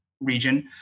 region